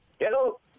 Hello